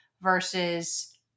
versus